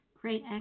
Great